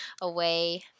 away